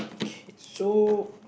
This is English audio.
K so